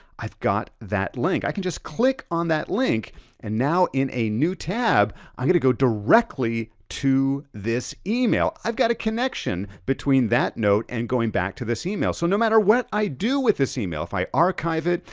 i've got that link, i can just click on that link and now in a new tab, i'm gonna go directly to this email. i've got a connection between that note and going back to this email. so no matter what i do with this email, if i archive it,